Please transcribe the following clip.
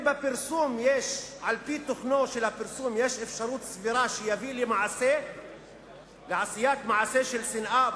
אם "על-פי תוכנו של הפרסום יש אפשרות סבירה שיביא לעשיית מעשה של שנאה,